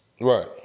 right